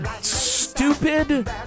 stupid